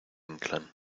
inclán